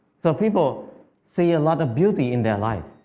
so, people see a lot of beauty in their life,